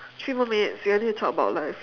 three more minutes we only need to talk about life